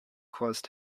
caused